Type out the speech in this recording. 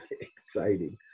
exciting